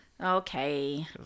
Okay